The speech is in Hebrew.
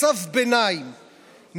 מצב ביניים,